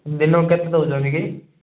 ଦିନକୁ କେତେ ଦେଉଛନ୍ତି କି